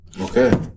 Okay